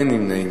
אין נמנעים.